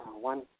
one